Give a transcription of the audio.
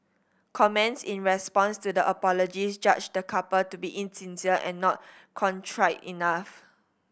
comments in response to the apologies judged the couple to be insincere and not contrite enough